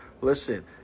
Listen